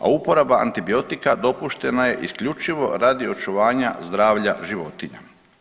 A uporaba antibiotika dopuštena je isključivo radi očuvanja zdravlja životinja.